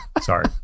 Sorry